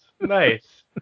nice